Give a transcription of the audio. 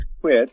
quit